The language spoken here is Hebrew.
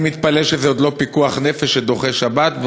אני מתפלא שזה עוד לא פיקוח נפש שדוחה שבת.